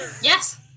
Yes